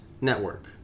network